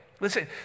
Listen